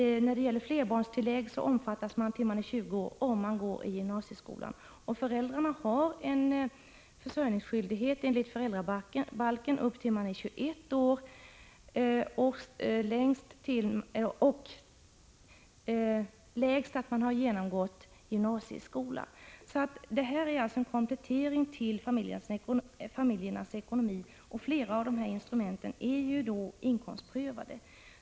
När det gäller flerbarnstillägg omfattas man tills man är 20 år om man går i gymnasieskolan. Föräldrarna har försörjnings 29 skyldighet enligt föräldrabalken upp till dess man är 21 år och lägst tills man genomgått gymnasieskolan. Bidragen är en komplettering till familjernas ekonomi. Flera av instrumenten är också inkomstprövade.